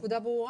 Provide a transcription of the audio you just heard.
הנקודה ברורה?